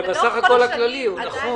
אבל בסך הכול הכללי זה נכון.